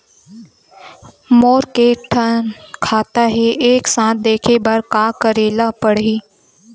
मोर के थन खाता हे एक साथ देखे बार का करेला पढ़ही?